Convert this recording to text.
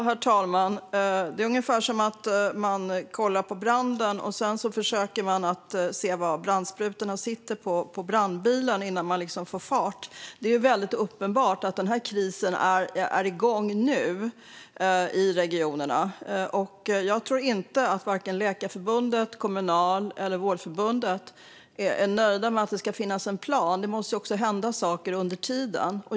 Herr talman! Det är ungefär som att man kollar på branden och försöker se var brandsprutorna sitter på brandbilen innan man liksom får fart. Det är uppenbart att krisen är nu i regionerna. Jag tror inte att Läkarförbundet, Kommunal eller Vårdförbundet är nöjda med att det ska finnas en plan. Det måste också hända saker under tiden.